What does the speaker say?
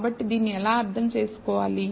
కాబట్టి దీన్ని ఎలా అర్థం చేసుకోవాలి